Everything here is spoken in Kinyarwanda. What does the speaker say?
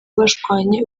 bashwanye